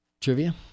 Trivia